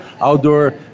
outdoor